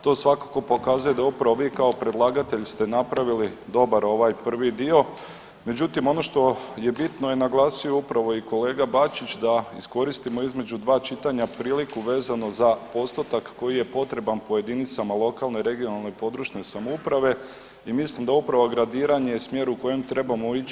To svakako pokazuje da upravo vi kao predlagatelj ste napravili dobar ovaj prvi dio, međutim ono što je bitno je naglasio upravo i kolega Bačić da iskoristimo između dva čitanja priliku vezano za postotak koji je potreban po jedinicama lokalne, regionalne i područje samouprave i mislim da upravo je gradiranje smjer u kojem trebamo ići.